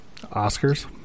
Oscars